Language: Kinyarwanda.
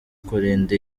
kurinda